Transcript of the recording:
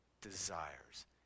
desires